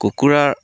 কুকুৰাৰ